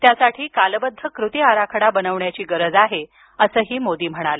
त्यासाठी कालबद्ध कृती आराखडा बनविण्याची गरज आहे असंही मोदी म्हणाले